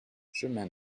chemin